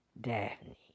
Daphne